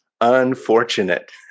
Unfortunate